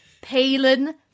Palin